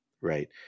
right